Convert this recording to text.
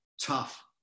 Tough